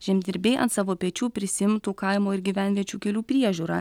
žemdirbiai ant savo pečių prisiimtų kaimo ir gyvenviečių kelių priežiūrą